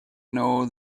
know